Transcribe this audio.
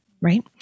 right